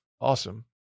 awesome